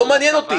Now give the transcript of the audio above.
לא מעניין אותי.